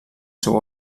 seu